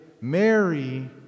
Mary